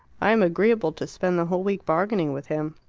i'm agreeable to spend the whole week bargaining with him.